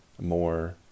more